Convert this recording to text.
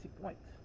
points